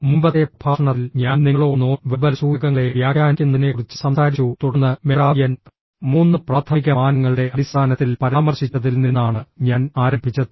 മുമ്പത്തെ പ്രഭാഷണത്തിൽ ഞാൻ നിങ്ങളോട് നോൺ വെർബൽ സൂചകങ്ങളെ വ്യാഖ്യാനിക്കുന്നതിനെക്കുറിച്ച് സംസാരിച്ചു തുടർന്ന് മെഹ്റാബിയൻ മൂന്ന് പ്രാഥമിക മാനങ്ങളുടെ അടിസ്ഥാനത്തിൽ പരാമർശിച്ചതിൽ നിന്നാണ് ഞാൻ ആരംഭിച്ചത്